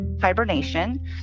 hibernation